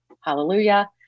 Hallelujah